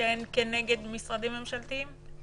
כנגד משרדים ממשלתיים?